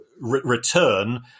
return